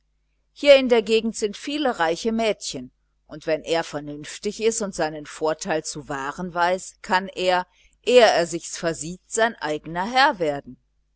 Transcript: hier in der gegend sind viele reiche mädchen und wenn er vernünftig ist und seinen vorteil zu wahren weiß kann er ehe er sichs versieht sein eigener herr werden